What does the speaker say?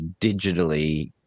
digitally